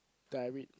that I read